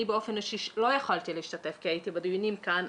אני באופן אישי לא יכולתי להשתתף כי הייתי בדיונים כאן.